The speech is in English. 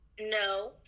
No